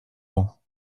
ans